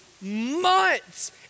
months